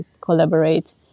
collaborate